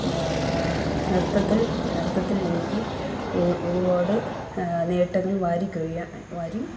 നൃത്തത്തിൽ നൃത്തത്തിൽ എനിക്ക് ഒരുപാട് നേട്ടങ്ങൾ വാരികൊയ്യാൻ വാരി